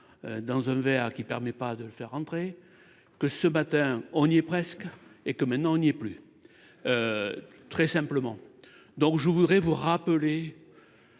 dans un verre qui permet pas de le faire rentrer que ce matin, on y est presque et que maintenant on y est plus, très simplement, donc je voudrais vous rappeler